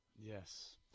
Yes